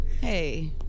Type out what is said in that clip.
Hey